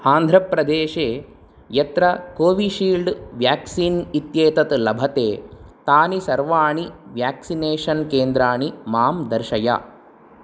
आन्ध्रप्रदेशे यत्र Covishield vaccine इत्येतत् लभते तानि सर्वाणि वेक्सिनेशन् केन्द्राणि मां दर्शय